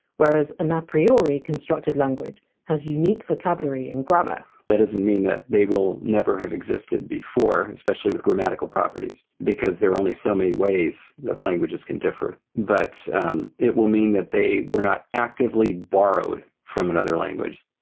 whereas an a ah priori constructed language has unique vocabulary and grammar that doesn't mean that they will never have existed before especially with grammatical properties, because there are only so many ways that languages can differ but it will mean that they were not actively borrowed from another language.